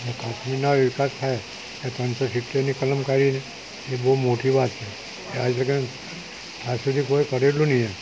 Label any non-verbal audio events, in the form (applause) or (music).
અને કાશ્મીરનોએ વિકાસ થાય એ ત્રણસો સિત્તેરની કલમ કાઢી એ બહુ મોટી વાત છે (unintelligible) આજ સુધી કોઈ કાઢેલું નહી એમ